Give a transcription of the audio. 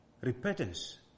repentance